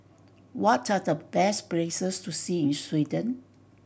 what are the best places to see in Sweden